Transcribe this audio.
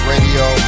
radio